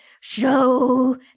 Show